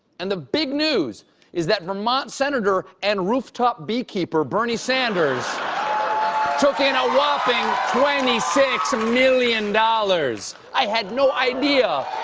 and the big news is that vermont senator and rooftop bee keeper bernie sanders took in a whopping twenty six million dollars. i had no idea.